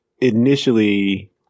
initially